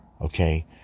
Okay